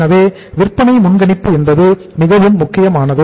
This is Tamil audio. எனவே விற்பனை முன்கணிப்பு என்பது மிகவும் முக்கியமானது